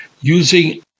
using